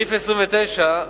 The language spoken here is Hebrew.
סעיף 9(2)